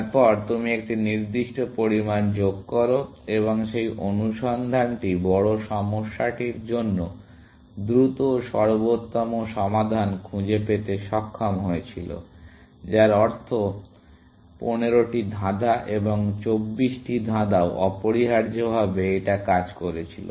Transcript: তারপরে তুমি একটি নির্দিষ্ট পরিমাণ যোগ করো এবং সেই অনুসন্ধানটি বড় সমস্যাটির জন্য দ্রুত সর্বোত্তম সমাধান খুঁজে পেতে সক্ষম হয়েছিল যার অর্থ 15টি ধাঁধা এবং 24টি ধাঁধাও অপরিহার্যভাবে এটা কাজ করেছিল